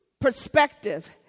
perspective